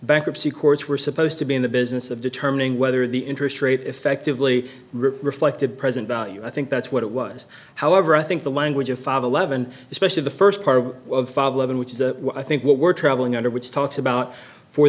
bankruptcy courts were supposed to be in the business of determining whether the interest rate effectively reflected present value i think that's what it was however i think the language of five eleven especially the first part of living which is i think what we're traveling under which talks about for